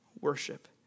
Worship